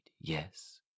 yes